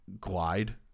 glide